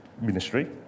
ministry